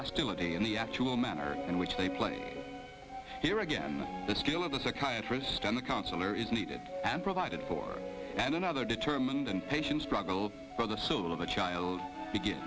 hostility and the actual manner in which they play here again the skill of the psychiatrist and the counselor is needed and provided for and another determined and patient struggle for the soul of a child to g